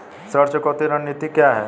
ऋण चुकौती रणनीति क्या है?